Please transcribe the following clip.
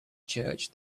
church